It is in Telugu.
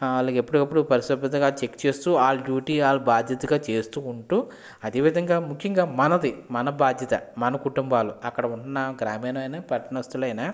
ఎప్పటికప్పుడు పరిశుభ్రతంగా చెక్ చేస్తూ వాళ్ళ డ్యూటి వాళ్ళు భాద్యతగా చేస్తూ ఉంటూ అదేవిధంగా ముఖ్యంగా మనది మన బాధ్యత మన కుటుంబాలు అక్కడ ఉన్న గ్రామీణ పట్టణస్తులైన